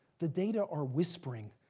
the data are whispering,